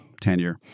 tenure